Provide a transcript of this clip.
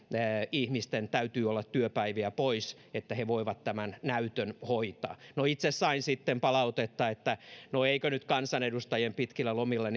ihmisten täytyy olla työpäiviä pois että he voivat tämän näytön hoitaa no itse sain sitten palautetta että no eikö nyt kansanedustajien pitkillä lomilla